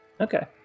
Okay